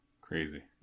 Crazy